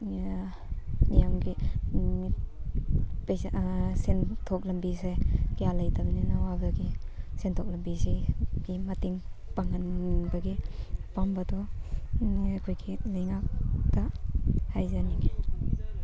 ꯅꯤꯌꯝꯒꯤ ꯄꯩꯁꯥ ꯁꯦꯟꯊꯣꯛ ꯂꯝꯕꯤꯁꯦ ꯀꯌꯥ ꯂꯩꯇꯕꯅꯤꯅ ꯑꯋꯥꯕꯒꯤ ꯁꯦꯟꯊꯣꯛ ꯂꯝꯕꯤꯁꯤꯒꯤ ꯃꯇꯦꯡ ꯄꯥꯡꯍꯟꯕꯒꯤ ꯑꯄꯥꯝꯕꯗꯣ ꯑꯩꯈꯣꯏꯒꯤ ꯂꯩꯉꯥꯛꯇ ꯍꯥꯏꯖꯅꯤꯡꯉꯤ